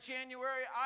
January